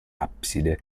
abside